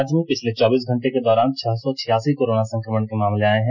राज्य में पिछले चौबीस घंटे के दौरान छह सौ छियासी कोरोना संकमण के मामले आए हैं